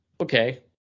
okay